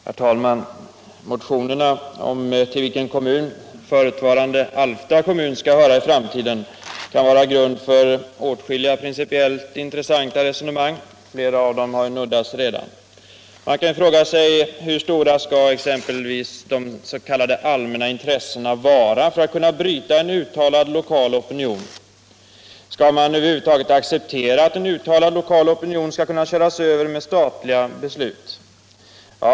Herr talman! Motionerna om till vilken kommun förutvarande Alfta kommun skall höra i framtiden kan vara grund för åtskilliga principiellt intressanta resonemang. Flera av dem har redan berörts. Man kan fråga sig hur stora de s.k. allmänna intressena skall vara för att kunna bryta en uttalad lokal opinion. Skall man över huvud taget acceptera att en uttalad lokal opinion skall kunna köras över med statliga beslut?